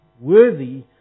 worthy